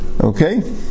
Okay